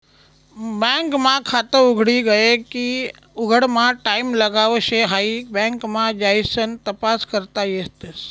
bank मा खात उघडी गये की उघडामा टाईम लागाव शे हाई बँक मा जाइसन तपास करता येस